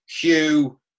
Hugh